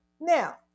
Now